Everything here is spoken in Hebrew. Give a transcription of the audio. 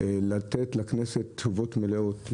השתדלתי לתת לכנסת תשובות מלאות.